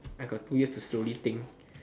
I got two years to slowly think